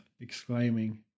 exclaiming